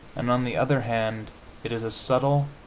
and on the other hand it is a subtle,